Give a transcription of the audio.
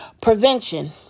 prevention